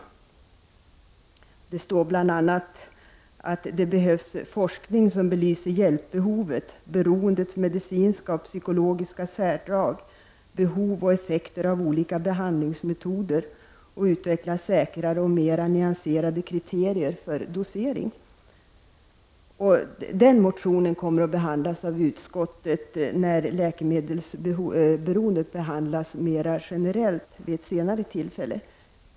I motionen sägs bl.a. att det behövs forskning som belyser hjälpbehovet, beroendets medicinska och psykologiska särdrag, behov och effekter av olika behandlingsmetoder och att säkrare och mer nyanserade kriterier för dosering skall utvecklas. Den motionen kommer att behandlas av utskottet när läkemedelsberoende mera generellt skall behandlas vid senare tillfälle.